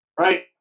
right